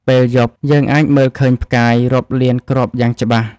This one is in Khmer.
ពេលយប់ យើងអាចមើលឃើញផ្កាយរាប់លានគ្រាប់យ៉ាងច្បាស់។